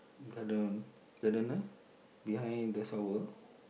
garden gardener behind the shovel